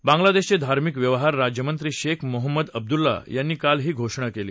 बांगलादेशचे धार्मिक व्यवहार राज्यमंत्री शेख मोहम्मद अब्दुल्ला यांनी काल ही घोषणा केली